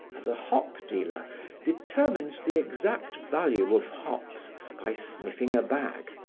as a hop dealer determines the exact value of hops by sniffing a bag,